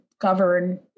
govern